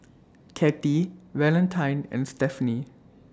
Cathey Valentine and Stephenie